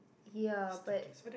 ya but